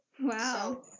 Wow